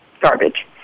garbage